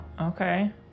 Okay